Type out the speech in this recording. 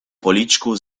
policzku